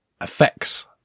effects